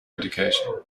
education